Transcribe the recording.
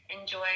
enjoy